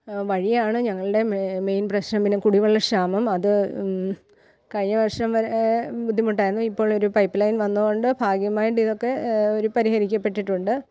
വഴിയാണ് ഞങ്ങളുടെ മെയിൻ പ്രശ്നം പിന്നെ കുടിവെള്ള ക്ഷാമം അത് കഴിഞ്ഞ വർഷം വരെ ബുദ്ധിമുട്ടായിരുന്നു ഇപ്പോൾ ഒരു പൈപ്പ് ലൈൻ വന്നതുകൊണ്ട് ഭാഗ്യമായിട്ടിതൊക്കെ ഒരു പരിഹരിക്കപ്പെട്ടിട്ടുണ്ട്